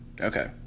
okay